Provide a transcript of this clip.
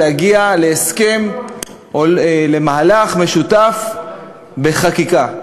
להגיע להסכם או למהלך משותף בחקיקה.